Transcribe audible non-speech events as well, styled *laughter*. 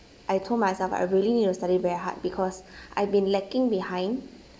I told myself I really need to study very hard because *breath* I've been lagging behind